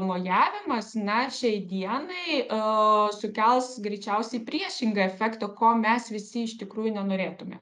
mojavimas ne šiai dienai e sukels greičiausiai priešingą efektą ko mes visi iš tikrųjų nenorėtume